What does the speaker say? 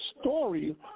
story